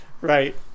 Right